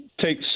take